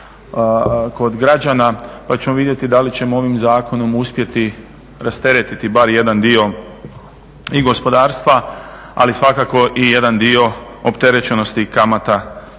kod građana pa ćemo vidjeti da li ćemo ovim zakonom uspjeti rasteretiti bar jedan dio i gospodarstva, ali svakako i jedan dio opterećenosti kamata prema